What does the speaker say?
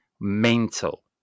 mental